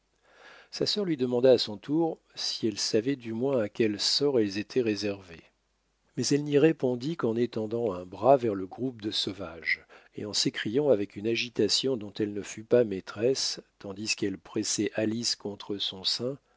sa sœur lui demanda à son tour si elle savait du moins à quel sort elles étaient réservées mais elle n'y répondit qu'en étendant un bras vers le groupe de sauvages et en s'écriant avec une agitation dont elle ne fut pas maîtresse tandis qu'elle pressait alice contre son sein